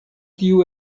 tiu